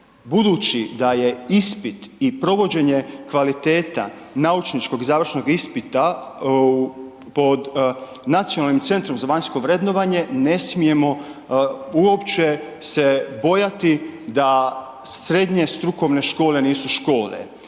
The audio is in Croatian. Budući da je ispit i provođenje kvaliteta naučničkog i završnog ispita pod Nacionalnim centrom za vanjsko vrednovanje ne smijemo uopće se bojati da srednje strukovne škole nisu škole,